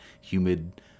humid